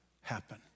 happen